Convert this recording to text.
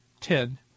Ten